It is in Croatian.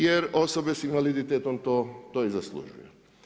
Jer osobe s invaliditetom to i zaslužuju.